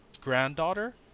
granddaughter